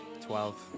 Twelve